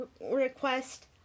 request